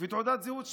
ותעודת הזהות שלו.